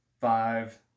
five